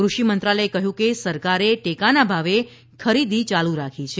કૃષિ મંત્રાલયે કહ્યું કે સરકારે ટેકાના ભાવે ખરીદી યાલુ રાખી છે